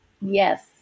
Yes